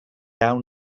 awn